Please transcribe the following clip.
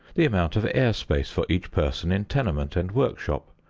the amount of air-space for each person in tenement and work-shop,